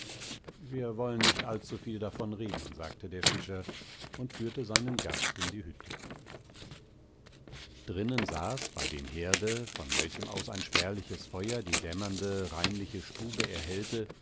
wir wollen nicht allzuviel davon reden sagte der fischer und führte seinen gast in die hütte drinnen saß bei dem herde von welchem aus ein spärliches feuer die dämmernde reinliche stube erhellte